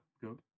go